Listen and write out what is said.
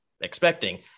expecting